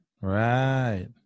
Right